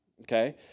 Okay